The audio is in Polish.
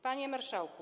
Panie Marszałku!